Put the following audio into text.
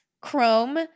Chrome